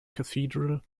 cathedral